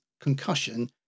concussion